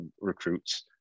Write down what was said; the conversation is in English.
recruits